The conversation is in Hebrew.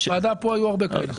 בוועדה פה היו הרבה כאלה.